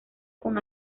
con